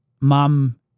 mom